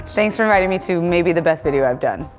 thanks for inviting me to maybe the best video i've done.